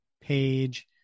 page